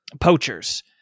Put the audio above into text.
poachers